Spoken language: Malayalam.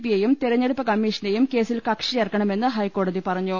പിയെയും തെരഞ്ഞെ ടുപ്പ് കമ്മിഷനെയും കേസിൽ കക്ഷി ചേർക്കണമെന്ന് ഹൈക്കോടതി പറഞ്ഞു